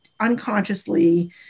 unconsciously